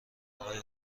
آقای